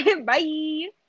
Bye